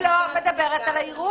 היא לא מדברת על האירוע.